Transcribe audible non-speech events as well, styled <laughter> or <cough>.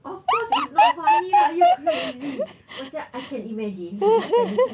<noise>